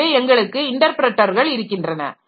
எனவே எங்களுக்கு இன்டர்பிரட்டர்கள் இருக்கின்றன